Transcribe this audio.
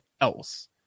else